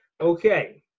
Okay